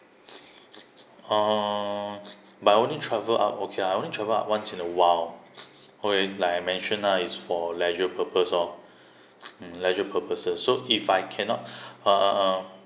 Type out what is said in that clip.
uh but I only travel out okay I only travel out once in a while it like I mentioned now it's for leisure purpose ah mm leisure purposes so if I cannot uh uh err